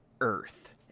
Earth